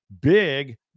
big